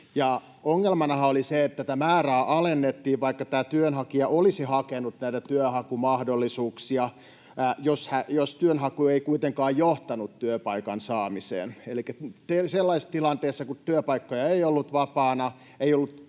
Ongelmanahan oli se, että tätä määrää alennettiin, vaikka työnhakija olisi hakenut näitä työmahdollisuuksia, jos työnhaku ei kuitenkaan johtanut työpaikan saamiseen. Elikkä sellaisessa tilanteessa, kun työpaikkoja ei ollut vapaana,